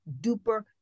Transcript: duper